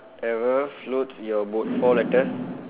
whatever floats your boat four letters